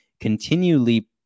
continually